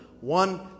One